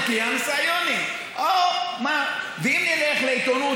(אומר בערבית: הישות הציונית.) ואם נלך לעיתונות